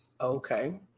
Okay